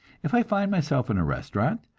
if i find myself in a restaurant,